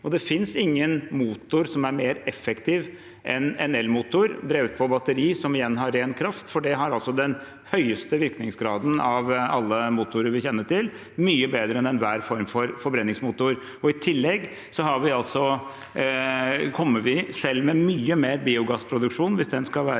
Det finnes ingen motor som er mer effektiv enn en elmotor drevet på batteri, som igjen har ren kraft, for det har altså den høyeste virkningsgraden av alle motorer vi kjenner til, mye bedre enn enhver form for forbrenningsmotor. I tillegg blir det ikke, selv med mye mer biogassproduksjon og produksjon